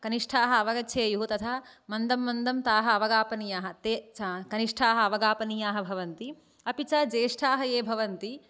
कनिष्ठाः अवगच्छेयुः तथा मन्दं मन्दं ताः अवगापनीयाः ते कनिष्ठाः अवगापनीयाः भवन्ति अपि च ज्येष्ठाः ये भवन्ति